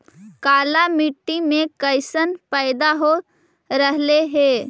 काला मिट्टी मे कैसन पैदा हो रहले है?